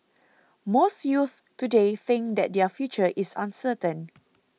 most youths today think that their future is uncertain